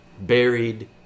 buried